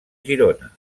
girona